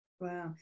Wow